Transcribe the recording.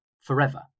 forever